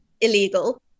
illegal